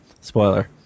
Spoiler